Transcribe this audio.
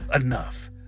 enough